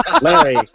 Larry